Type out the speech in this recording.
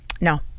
no